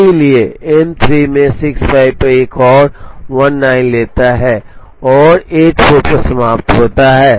इसलिए M3 में 65 पर एक और 19 लेता है और 84 पर समाप्त होता है